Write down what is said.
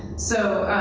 so